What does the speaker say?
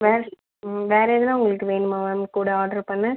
வேறு வேறு எதுனா உங்களுக்கு வேணுமா மேம் இது கூட ஆர்டர் பண்ண